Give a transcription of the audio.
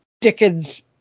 Dickens